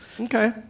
Okay